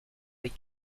des